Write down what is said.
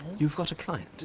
you've got a client?